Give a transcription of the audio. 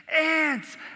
ants